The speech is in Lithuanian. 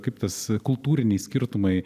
kaip tas kultūriniai skirtumai